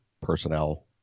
personnel